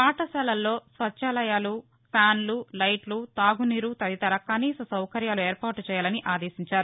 పాఠశాలల్లో స్వచ్చాలయాలు ఫ్యాన్లు లైట్లు తాగునీరు తదితర కనీస సౌకర్యాలు ఏర్పాటు చేయాలని ఆదేశించారు